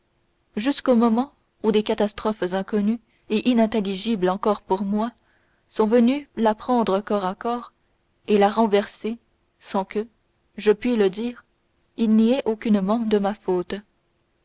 jusqu'au moment où des catastrophes inconnues et inintelligibles encore pour moi sont venues la prendre corps à corps et la renverser sans que je puis le dire il y ait aucunement de ma faute